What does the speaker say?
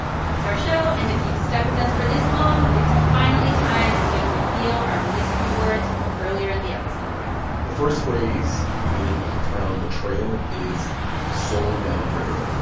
that's our show. and if you've stuck with us for this long, it's finally time we're going to reveal our mystery words from earlier in the episode the first phrase, meaning a profound betrayal, is sold down the river.